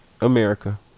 America